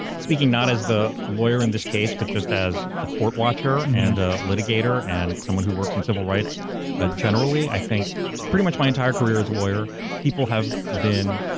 speaking not as the lawyer in this case but just as a court watcher and a litigator and someone who works in civil rights ah generally, i think pretty much my entire career as a lawyer people have been,